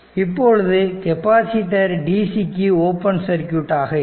இப்பொழுது capacitor dc க்கு open circuit ஆக இருக்கும்